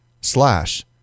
slash